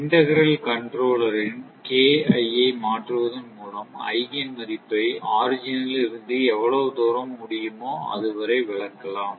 integral கண்ட்ரோலரின் ஐ மாற்றுவதன் மூலம் ஐகேன் மதிப்பை ஆரிஜின் ல் இருந்து எவ்வளவு தூரம் முடியுமோ அதுவரை விலக்கலாம்